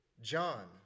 John